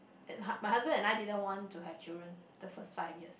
and my husband and I didn't want to have children the first five years